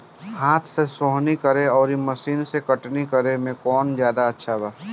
हाथ से सोहनी करे आउर मशीन से कटनी करे मे कौन जादे अच्छा बा?